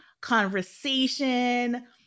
conversation